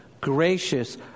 gracious